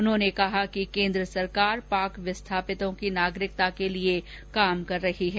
उन्होंने कहा कि केन्द्र सरकार पाक विस्थापितों की नागरिकता के लिए काम कर रही है